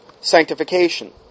Sanctification